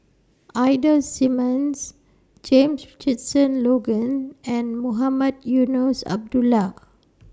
Ida Simmons James Richardson Logan and Mohamed Eunos Abdullah